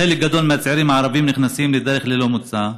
חלק גדול מהצעירים הערבים נכנסים לדרך ללא מוצא,